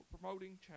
Promoting